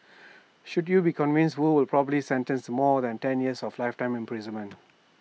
should you be convicted wu will probably sentenced more than ten years or lifetime imprisonment